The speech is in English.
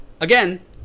Again